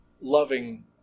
loving